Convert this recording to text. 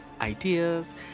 ideas